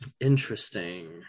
Interesting